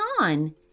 on